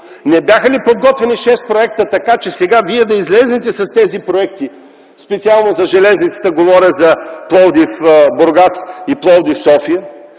Не бяха ли подготвени шест проекта така, че сега вие да излезете с тези проекти, говоря специално за железницата, за Пловдив-Бургас и Пловдив-София?